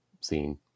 scene